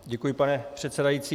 Děkuji, pane předsedající.